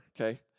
okay